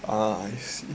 ah I see